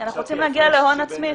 אנחנו רוצים להגיע להון עצמי,